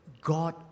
God